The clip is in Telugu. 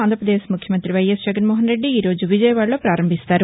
ఆంధ్రాపదేశ్ ముఖ్యమంతి వైఎస్ జగన్మోహన్ రెడ్డి ఈరోజు విజయవాదలో పారంభిస్తారు